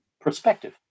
perspective